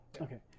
Okay